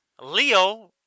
Leo